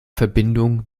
verbindung